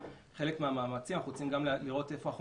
חלק מהמאמצים אנחנו רוצים לראות איפה אנחנו